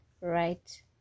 right